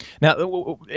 Now